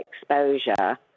exposure